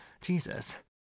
Jesus